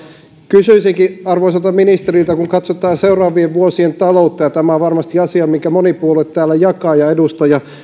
kysyisinkin arvoisalta ministeriltä kun katsotaan seuraavien vuosien taloutta ja tämä on varmasti asia minkä moni puolue ja edustaja täällä jakaa